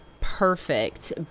perfect